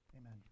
Amen